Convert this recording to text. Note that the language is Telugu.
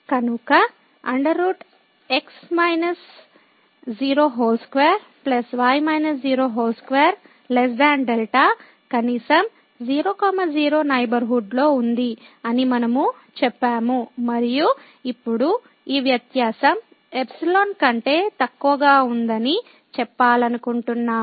కనుక 22 δ కనీసం 00 నైబర్హుడ్ లో ఉంది అని మనము చెప్పాము మరియు ఇప్పుడు ఈ వ్యత్యాసం ఎప్సిలాన్ కంటే తక్కువగా ఉందని చెప్పాలనుకుంటున్నాము